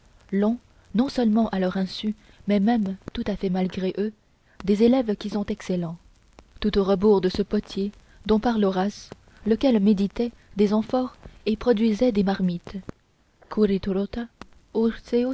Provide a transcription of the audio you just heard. l'ont non seulement à leur insu mais même tout à fait malgré eux des élèves qui sont excellents tout au rebours de ce potier dont parle horace lequel méditait des amphores et produisait des marmites